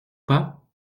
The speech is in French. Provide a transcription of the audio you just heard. pas